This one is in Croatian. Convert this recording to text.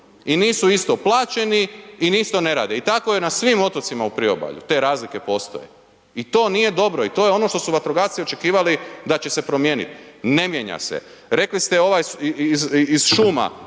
i nisu isto plaćeni isto ne rade. I tako je na svim otocima u priobalju te razlike postoje i to nije dobro i to je ono što su vatrogasci očekivali da će se promijeniti. Ne mijenja se. Rekli, ovaj iz šuma